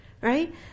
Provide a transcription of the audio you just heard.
right